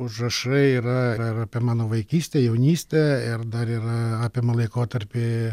užrašai yra ir apie mano vaikystę jaunystę ir dar yra apima laikotarpį